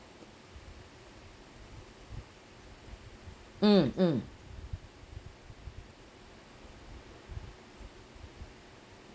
mm mm